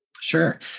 Sure